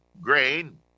grain